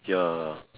ya